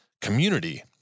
community